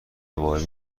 وارد